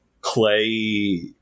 clay